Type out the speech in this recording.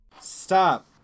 Stop